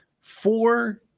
four